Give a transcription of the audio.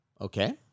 Okay